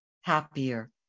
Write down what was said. happier